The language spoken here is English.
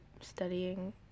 studying